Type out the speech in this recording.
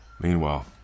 Meanwhile